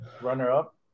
runner-up